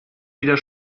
wieder